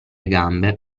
gambe